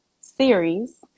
series